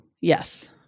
Yes